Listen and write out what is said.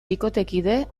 bikotekide